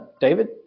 David